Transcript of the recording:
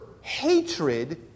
hatred